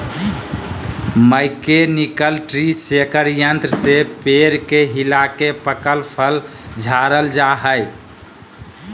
mechanical tree shaker यंत्र से पेड़ के हिलाके पकल फल झारल जा हय